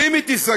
ואם היא תיסגר,